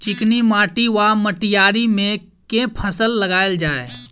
चिकनी माटि वा मटीयारी मे केँ फसल लगाएल जाए?